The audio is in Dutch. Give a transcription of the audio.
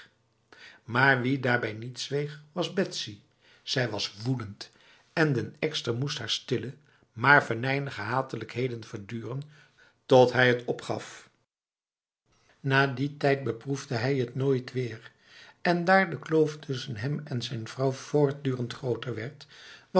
maar wie daarbij niet zweeg was betsy zij was woedend en den ekster moest haar stille maar venijnige hatelijkheden verduren tot hij het opgaf na die tijd beproefde hij het nooit weer en daar de kloof tussen hem en zijn vrouw voortdurend groter werd